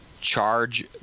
charge